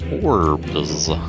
orbs